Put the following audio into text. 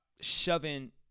shoving